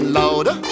louder